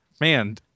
man